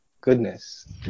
goodness